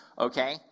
Okay